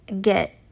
get